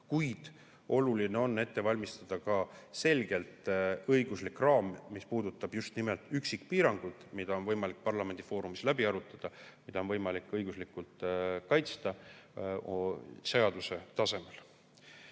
kuid oluline on ette valmistada selge õiguslik raam, mis puudutab just nimelt üksikpiirangud, mida on võimalik parlamendifoorumis läbi arutada ja õiguslikult seaduse tasemel